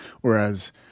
whereas